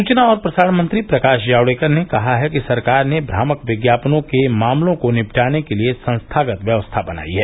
सूचना और प्रसारण मंत्री प्रकाश जावड़ेकर ने कहा है कि सरकार ने भ्रामक विज्ञापनों के मामलों को निपटाने के लिए संस्थागत व्यवस्था बनाई है